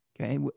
okay